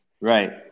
Right